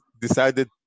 decided